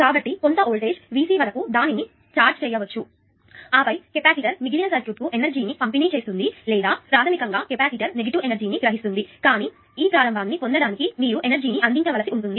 కాబట్టి కొంత వోల్టేజ్ Vcవరకు దానిని ఛార్జ్ చేయవచ్చు ఆపై కెపాసిటర్ మిగిలిన సర్క్యూట్కు ఎనర్జీ ను పంపిణీ చేస్తుంది లేదా ప్రాధమికంగా కెపాసిటర్ నెగటివ్ ఎనర్జీ ని గ్రహిస్తుంది కానీ ఈ ప్రారంభాన్ని పొందడానికి మీరు ఎనర్జీ ని అందించాల్సి ఉంటుంది